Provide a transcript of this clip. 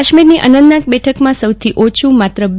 કાશ્મીરની અનંતગામ બેઠકમાં સૌથી ઓછુ માત્ર ર